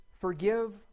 forgive